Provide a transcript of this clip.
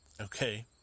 Okay